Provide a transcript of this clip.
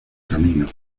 camino